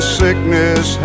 sickness